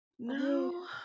No